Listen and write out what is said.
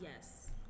yes